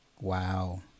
Wow